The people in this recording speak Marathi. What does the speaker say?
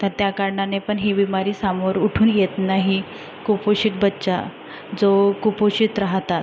तर त्या कारणाने पण ही बिमारी सामोर उठून येत नाही कुपोषित बच्चा जो कुपोषित राहतात